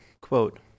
Quote